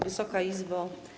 Wysoka Izbo!